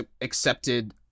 accepted